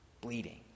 bleeding